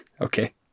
Okay